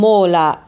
Mola